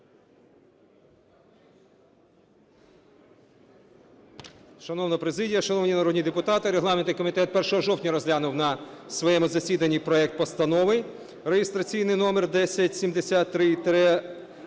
Шановна президія, шановні народні депутати! Регламентний комітет 1 жовтня розглянув на своєму засіданні проект Постанови реєстраційний номер 1073-1-П